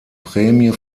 prämie